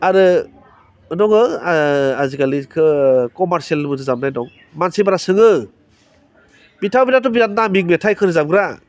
आरो दङ आजिखालि कमार्सियेलबो रोजाबनाय दं मानसिफ्रा सोङो बिथांमोनाथ' बिराथ मेथाइ रोजाबग्रा